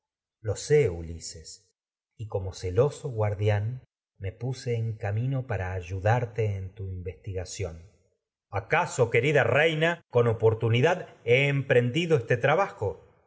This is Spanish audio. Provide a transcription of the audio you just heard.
mano sé ulises y como celoso minerva lo guardián me puse en camino para ayudarte en tu investigación oportunidad he ulises acaso querida reina con emprendido este trabajo